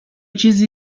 چیزی